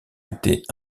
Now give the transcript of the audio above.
été